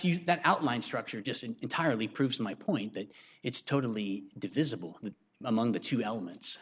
you that outline structure just an entirely proves my point that it's totally divisible that among the two elements